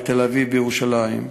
בתל-אביב ובירושלים.